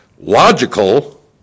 logical